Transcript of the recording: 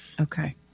Okay